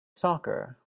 soccer